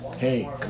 Hey